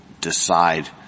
decide